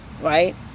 right